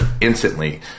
instantly